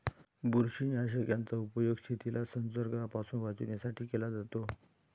बुरशीनाशक याचा उपयोग शेतीला संसर्गापासून वाचवण्यासाठी केला जातो